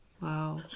wow